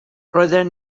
roedden